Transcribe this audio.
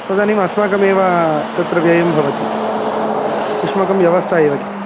तदानीम् अस्माकमेव तत्र व्ययं भवति अस्माकं व्यवस्था एव किल